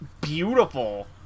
beautiful